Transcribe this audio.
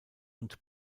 und